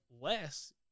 less